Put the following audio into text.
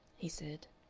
he said.